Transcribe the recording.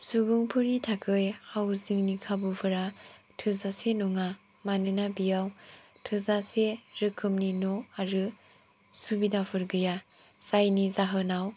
सुबुंफोरनि थाखाय हावजिंनि खाबुफोरा थोजासे नङा मानोना बियाव थोजासे रोखोमनि न' आरो सुबिदाफोर गैया जायनि जाहोनाव